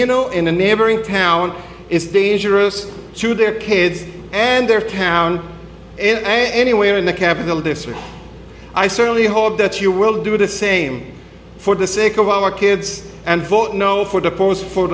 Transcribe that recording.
casino in a neighboring town is dangerous to their kids and their town and anywhere in the capital district i certainly hope that you will do the same for the sake of our kids and vote no for the post for